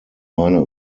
meiner